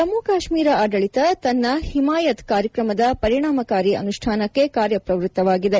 ಜಮ್ಮು ಕಾಶ್ಮೀರ ಆಡಳಿತ ತನ್ನ ಹಿಮಾಯತ್ ಕಾರ್ಯಕ್ರಮದ ಪರಿಣಾಮಕಾರಿ ಅನುಷ್ಠಾನಕ್ಕೆ ಕಾರ್ಯಪ್ರವೃತ್ತವಾಗಿದೆ